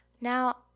Now